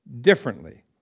differently